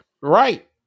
Right